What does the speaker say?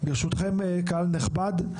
ברשותכם קהל נכבד,